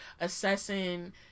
assessing